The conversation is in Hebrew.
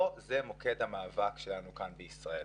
לא זה מוקד המאבק שלנו כאן, בישראל.